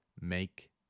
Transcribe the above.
make